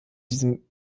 diesem